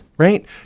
Right